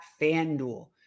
FanDuel